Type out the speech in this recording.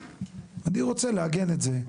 אני רוצה לעגן את זה.